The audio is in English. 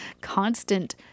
constant